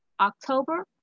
October